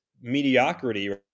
mediocrity